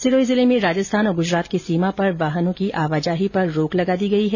सिरोही जिले में राजस्थान और गुजरात की सीमा पर वाहनों की आवाजाही पर रोक लगा दी गयी है